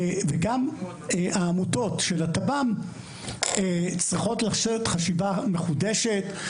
וגם העמותות של התב"מ צריכות לעשות חשיבה מחודשת.